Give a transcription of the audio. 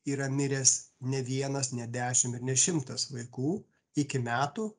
yra miręs ne vienas ne dešim ir ne šimtas vaikų iki metų